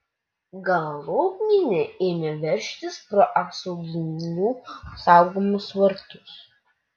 galop minia ėmė veržtis pro apsauginių saugomus vartus